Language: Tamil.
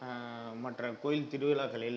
மற்ற கோயில் திருவிழாக்களில்